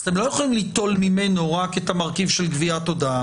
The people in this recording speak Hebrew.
אתם לא יכולים ליטול ממנו רק את המרכיב של גביית הודעה.